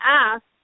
ask